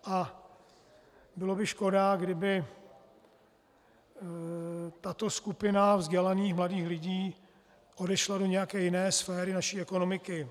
A byla by škoda, kdyby tato skupina vzdělaných mladých lidí odešla do nějaké jiné sféry naší ekonomiky.